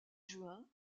juin